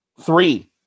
Three